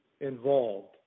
involved